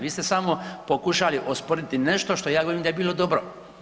Vi ste samo pokušali osporiti nešto što ja govorim da je bilo dobro.